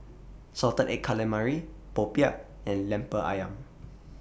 Salted Egg Calamari Popiah and Lemper Ayam